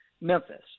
Memphis